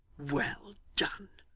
well done